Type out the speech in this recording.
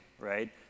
right